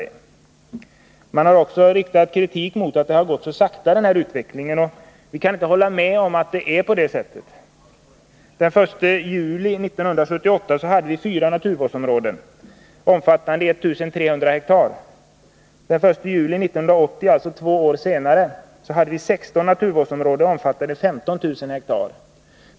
Det har också riktats kritik mot att utvecklingen gått så sakta på det här området, men vi kan inte hålla med om att det förhåller sig på det sättet. Den 1 juli 1978 hade vi 4 naturvårdsområden omfattande 1 300 ha, medan vi den 1 juli 1980, alltså två år senare, hade 16 naturvårdsområden omfattande 15 000 ha.